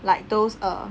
like those uh